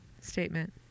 statement